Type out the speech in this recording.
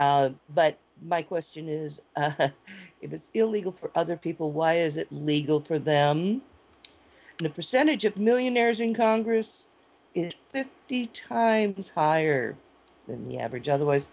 congress but my question is if it's illegal for other people why is it legal for them the percentage of millionaires in congress is the times higher than the average otherwise